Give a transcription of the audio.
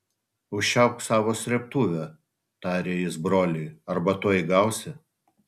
užčiaupk savo srėbtuvę tarė jis broliui arba tuoj gausi